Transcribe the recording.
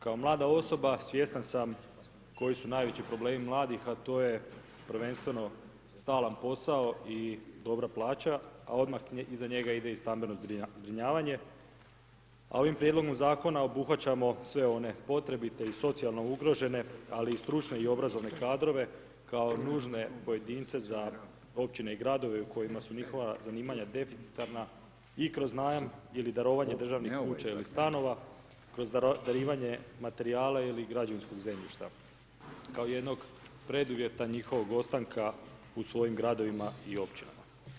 Kao mlada osoba svjestan sam koji su najveći problemi mladih, a to je prvenstveno stalan posao i dobra plaća, a odmah iza njega ide i stambeno zbrinjavanje, a ovim prijedlogom zakona obuhvaćamo sve one potrebite i socijalno ugrožene, ali i stručne i obrazovne kadrove kao nužne pojedince za općine i gradovima u kojima su njihova zanimanja deficitarna i kroz najam ili darovanje državnih kuća ili stanova, kroz darivanje materijala ili građevinskog zemljišta kao jednog preduvjeta njihovog ostanka u svojim gradovima i općinama.